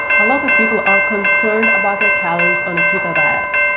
a lot of people are concerned about their calories on a keto diet.